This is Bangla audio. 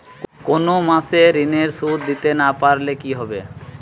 কোন মাস এ ঋণের সুধ দিতে না পারলে কি হবে?